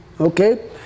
okay